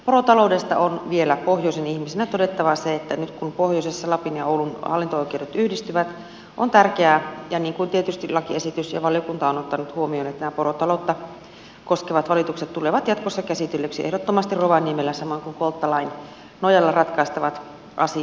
porotaloudesta on vielä pohjoisen ihmisenä todettava se että nyt kun pohjoisessa lapin ja oulun hallinto oikeudet yhdistyvät on tärkeää niin kuin tietysti lakiesitys ja valiokunta ovat ottaneet huomioon että nämä porotaloutta koskevat valitukset tulevat jatkossa käsitellyiksi ehdottomasti rovaniemellä samoin kuin kolttalain nojalla ratkaistavat asiat